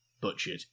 butchered